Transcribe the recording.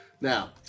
Now